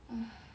!hais!